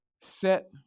set